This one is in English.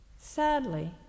Sadly